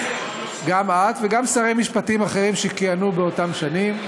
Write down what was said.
גם את וגם שרי משפטים אחרים שכיהנו באותן שנים,